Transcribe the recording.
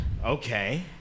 Okay